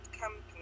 company